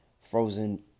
frozen